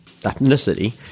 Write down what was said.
ethnicity